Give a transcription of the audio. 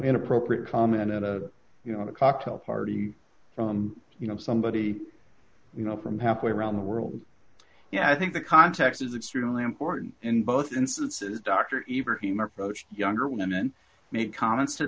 inappropriate comment and you know at a cocktail party from you know somebody you know from halfway around the world yeah i think the context is extremely important in both instances dr even younger women made comments to